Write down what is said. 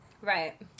Right